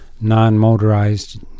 non-motorized